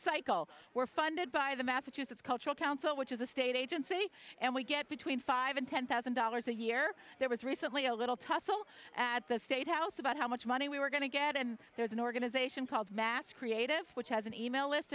cycle were funded by the massachusetts cultural council which is a state agency and we get between five and ten thousand dollars a year there was recently a little tussle at the state house about how much money we were going to get and there's an organization called mass creative which has an email list